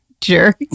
jerk